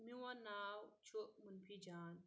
میون ناو چھُ مُنفی جان